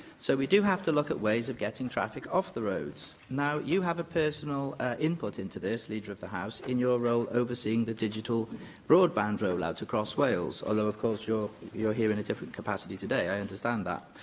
so, we do have to look at ways of getting traffic off the roads. now, you have a personal input into this, leader of the house, in your role overseeing the digital broadband roll-out across wales, although, of course, you're here in a different capacity today i understand that.